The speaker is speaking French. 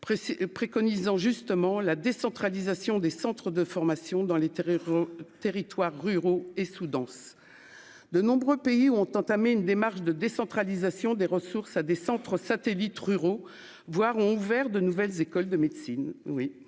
préconisant justement la décentralisation des centres de formation dans les tréfonds territoires ruraux et sous-denses de nombreux pays ont entamé une démarche de décentralisation des ressources à des centres satellites ruraux voire ont ouvert de nouvelles écoles de médecine